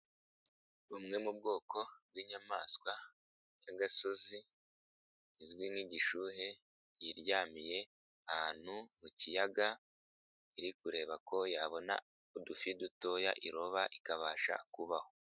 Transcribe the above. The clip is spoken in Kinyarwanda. Bumwe mu bwoko bw'inyamaswa y'agasozi izwi nk'igishuhe yiryamiye ahantu mu kiyaga iri kureba ko yabona udufi dutoya iroba ikabasha kubaho.